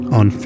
on